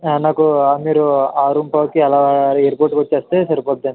నాకు మీరు ఆరుంపావుకి అలా ఎయిర్పోర్ట్కి వస్తే సరిపోతుంది అండి